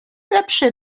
lepszy